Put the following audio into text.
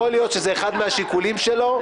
יכול להיות שזה אחד מהשיקולים שלו.